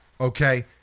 Okay